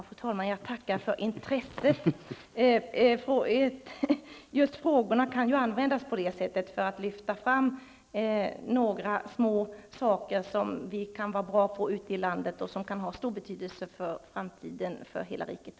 Fru talman! Jag tackar för intresset. Just frågeinstitutet kan användas för att lyfta fram saker som vi är bra på ute i landet och som kan ha stor betydelse för hela riket i framtiden.